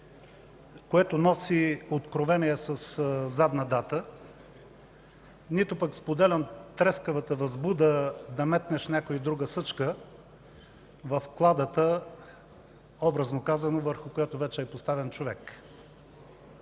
което носи откровение със задна дата, нито пък споделям трескавата възбуда да метнеш някоя и друга съчка в „кладата” образно казано, върху която вече е поставен човек.